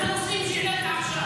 אני אשלח לך אותו.